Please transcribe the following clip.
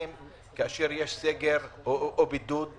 כאשר יש סגר או בידוד,